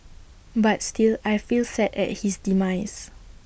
but still I feel sad at his demise